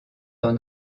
dans